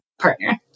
partner